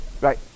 right